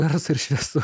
garso ir šviesų